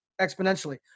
exponentially